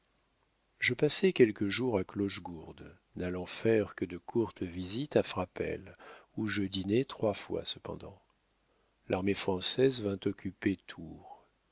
je passai quelques jours à clochegourde n'allant faire que de courtes visites à frapesle où je dînai trois fois cependant l'armée française vint occuper